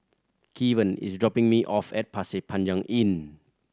Kevan is dropping me off at Pasir Panjang Inn